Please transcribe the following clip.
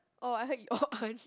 oh I heard